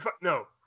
No